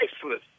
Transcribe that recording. priceless